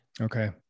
Okay